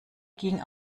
ging